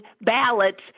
ballots